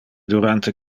durante